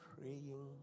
praying